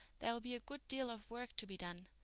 there will be a good deal of work to be done.